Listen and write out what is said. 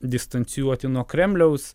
distancijuoti nuo kremliaus